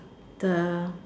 the